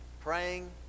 praying